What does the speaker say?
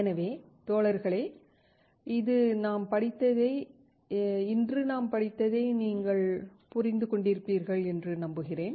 எனவே தோழர்களே இன்று நாம் படித்ததை நீங்கள் புரிந்து கொண்டிருப்பீர்கள் என்று நம்புகிறேன்